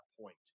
point